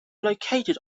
located